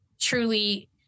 truly